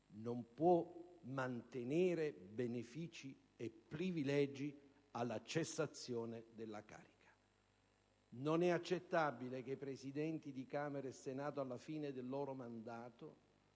non può mantenere benefici e privilegi alla cessazione della carica; non è accettabile che i Presidenti di Camera e Senato alla fine del loro mandato